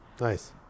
nice